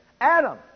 Adam